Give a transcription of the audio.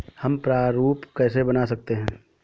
हम प्रारूप कैसे बना सकते हैं?